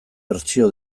bertsio